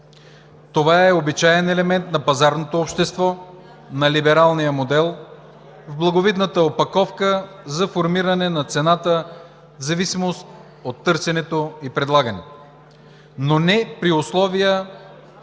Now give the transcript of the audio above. Това е обичаен елемент на пазарното общество, на либералния модел в благовидната опаковка за формиране на цената в зависимост от търсенето и предлагането,